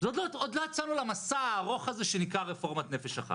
עוד לא יצאנו למסע הארוך הזה שנקרא רפורמת "נפש אחת".